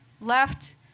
left